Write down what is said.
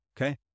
okay